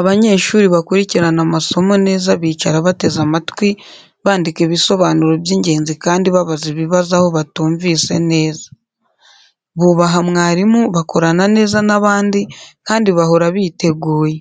Abanyeshuri bakurikirana amasomo neza bicara bateze amatwi, bandika ibisobanuro by’ingenzi kandi babaza ibibazo aho batumvise neza. Bubaha mwarimu, bakorana neza n’abandi, kandi bahora biteguye.